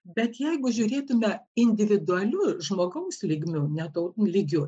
bet jeigu žiūrėtume individualiu žmogaus lygmiu ne taut lygiu